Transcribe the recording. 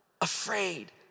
Afraid